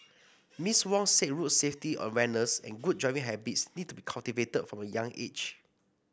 Miss Wong said road safety awareness and good driving habits need to be cultivated from a young age